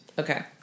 Okay